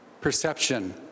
perception